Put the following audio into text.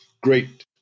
great